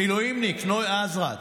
מילואימניק, נוי עוזרד,